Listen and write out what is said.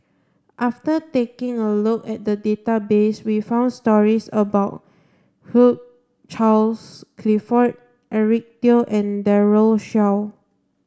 after taking a look at the database we found stories about Hugh Charles Clifford Eric Teo and Daren Shiau